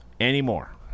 anymore